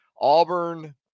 Auburn